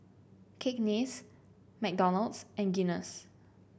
Cakenis McDonald's and Guinness